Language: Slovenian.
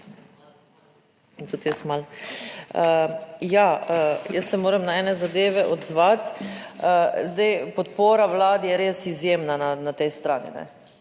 Jaz se moram na ene zadeve odzvati. Zdaj, podpora vladi je res izjemna na tej strani,